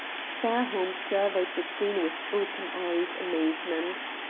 fairholme surveyed the scene with open-eyed amazement.